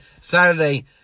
Saturday